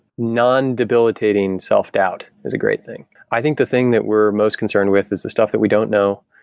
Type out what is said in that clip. non-debilitating self-doubt is a great thing. i think the thing that were most concerned with is the stuff that we don't know,